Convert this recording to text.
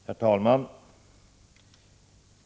Herr talman!